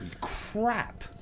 crap